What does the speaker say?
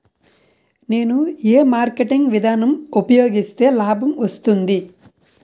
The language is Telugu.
నేను ఏ మార్కెటింగ్ విధానం ఉపయోగిస్తే లాభం వస్తుంది?